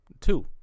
Two